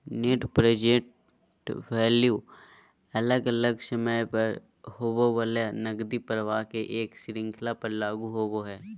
net present value अलग अलग समय पर होवय वला नकदी प्रवाह के एक श्रृंखला पर लागू होवय हई